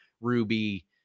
ruby